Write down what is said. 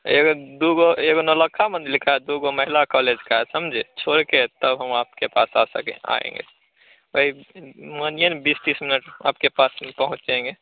एगो दुगो एगो नौलक्खा मंदिर का है दुगो महिला कॉलेज का है समझे छोड़ कर तब हम आपके पास आ सके आएँगे वही मानिए ना बीस तीस मिनट आपके पास में पहुँच जाएँगे